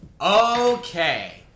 Okay